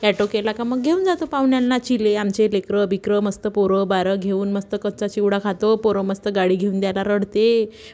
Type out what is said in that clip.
auto केला का मग घेऊन जातो पाहुण्यांना चिले आमचे लेकरं बिकर मस्त पोरं बाळ घेऊन मस्त कच्चा चिवडा खातो पोरं मस्त गाडी घेऊन द्यायला रडते